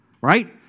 right